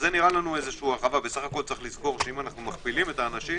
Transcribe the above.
אם אנחנו מכפילים את מספר האנשים